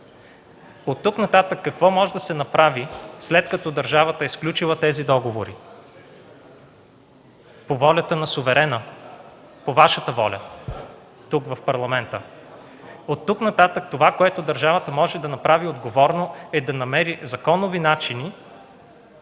от тук нататък, след като държавата е сключила тези договори по волята на суверена, по Вашата воля – тук в Парламента? Оттук нататък това, което държавата може да направи отговорно, е да намери законови начини